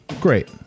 great